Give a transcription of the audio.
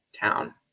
town